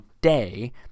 day